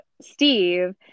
Steve